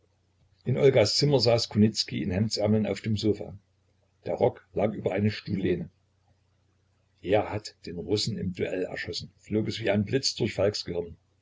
in olgas zimmer saß kunicki in hemdsärmeln auf dem sofa der rock lag über einer stuhllehne er hat den russen im duell erschossen flog es wie ein blitz durch falks gehirn